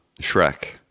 shrek